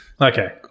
Okay